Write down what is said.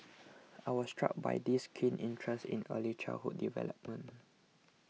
I was struck by this keen interest in early childhood development